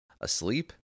asleep